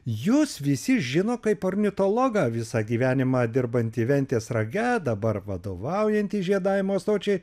jus visi žino kaip ornitologą visą gyvenimą dirbantį ventės rage dabar vadovaujantį žiedavimo stočiai